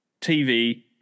TV